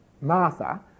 Martha